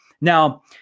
Now